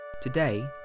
Today